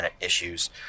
issues